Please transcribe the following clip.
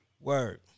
word